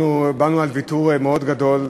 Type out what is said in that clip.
אנחנו באנו עם ויתור מאוד גדול,